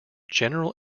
general